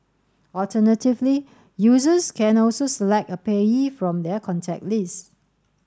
alternatively users can also select a payee from their contact list